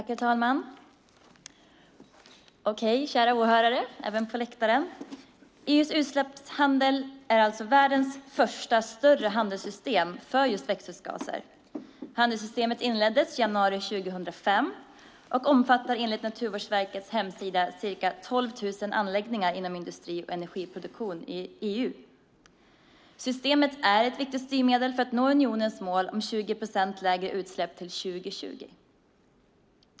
Herr talman! Kära åhörare, även ni på läktaren! EU:s utsläppshandel är världens första större handelssystem för just växthusgaser. Handelssystemen inleddes i januari 2005 och omfattar enligt Naturvårdsverkets hemsida ca 12 000 anläggningar inom industri och energiproduktion i EU. Systemet är ett viktigt styrmedel för att nå unionens mål om 20 procent lägre utsläpp till 2020.